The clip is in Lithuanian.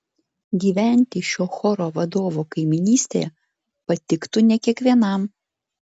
gyventi šio choro vadovo kaimynystėje patiktų ne kiekvienam